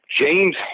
James